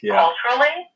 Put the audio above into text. culturally